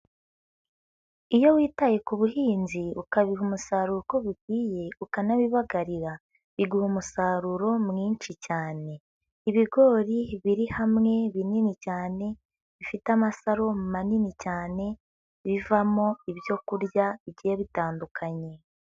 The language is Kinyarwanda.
Iyo witaye ku buhinzi ukabiha umusaruro uko bikwiye ukanabibagarira biguha umusaruro mwinshi cyane. Ibigori biri hamwe binini cyane bifite amasaro manini cyane bivamo ibyo kurya bigiye bitandukanye.